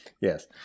Yes